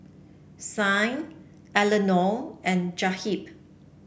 Signe Eleanore and Jahir